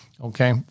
Okay